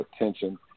attention